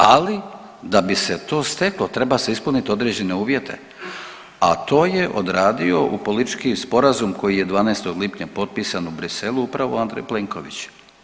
Ali da bi se to steklo treba se ispuniti određene uvjete, a to je odradio u politički sporazum koji je 12. lipnja potpisan u Bruxellesu upravo Andrej Plenković.